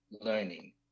learning